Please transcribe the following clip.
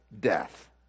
death